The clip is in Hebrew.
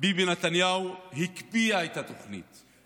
ביבי נתניהו הקפיאו את התוכנית,